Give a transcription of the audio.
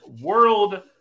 world